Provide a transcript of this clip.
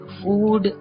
food